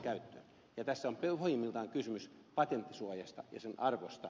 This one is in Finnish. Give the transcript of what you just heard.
tässä on pohjimmiltaan kysymys patenttisuojasta ja sen arvosta